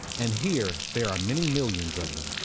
and here, there are many millions of them.